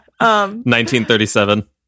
1937